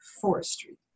forestry